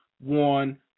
One